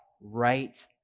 right